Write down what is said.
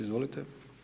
Izvolite.